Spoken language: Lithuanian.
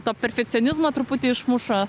to perfekcionizmo truputį išmuša